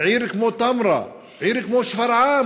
עיר כמו תמרה, עיר כמו שפרעם,